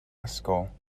ysgol